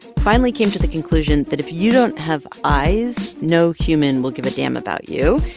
finally came to the conclusion that if you don't have eyes, no human will give a damn about you,